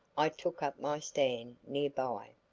i took up my stand near by,